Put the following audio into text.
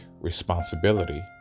responsibility